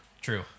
True